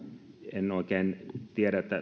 en oikein tiedä